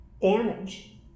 damage